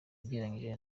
ugereranyije